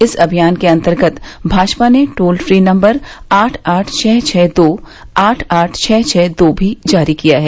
इस अभियान के अंतर्गत भाजपा ने टोल फ्री नम्बर आठ आठ छः दो आठ आठ छः छः दो भी जारी किया है